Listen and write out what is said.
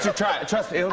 try. trust